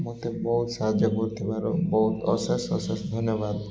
ମୋତେ ବହୁତ ସାହାଯ୍ୟ କରୁଥିବାରୁ ବହୁତ ଅଶେଷ ଅଶେଷ ଧନ୍ୟବାଦ